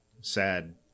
sad